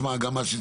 שיש